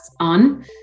on